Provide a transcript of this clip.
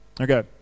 Okay